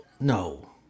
No